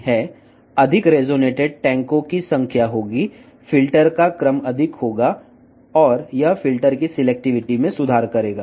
మరింత ఒకవేళ రెసొనెన్స్ ట్యాంకుల సంఖ్య ఎక్కువగా ఉంటే ఫిల్టర్లు యొక్క క్రమం ఎక్కువ అవుతుంది మరియు ఇది ఫిల్టర్ యొక్క ఎంపికను మెరుగుపరుస్తుంది